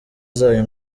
zayo